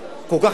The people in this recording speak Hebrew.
כל כך נכונה,